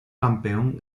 campeón